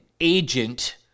agent